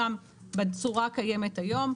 אנחנו נותנים אותם בצורה הקיימת היום,